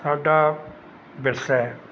ਸਾਡਾ ਵਿਰਸਾ ਹੈ